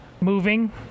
moving